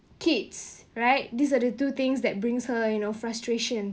kids right these are the two things that brings her you know frustration